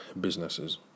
businesses